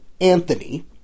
Anthony